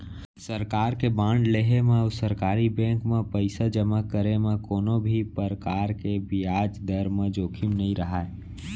सरकार के बांड लेहे म अउ सरकारी बेंक म पइसा जमा करे म कोनों भी परकार के बियाज दर म जोखिम नइ रहय